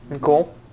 cool